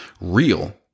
real